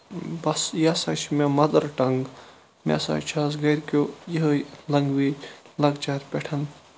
بَس یہِ ہَسا چھِ مےٚ مَدر ٹَنٛگ مےٚ ہَسا چھِ ہَس گرِکیٚو یِہَے لنٛگویج لۄکچارٕ پیٚٹھ